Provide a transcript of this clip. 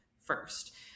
first